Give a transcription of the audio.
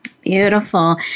Beautiful